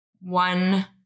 one